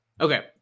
Okay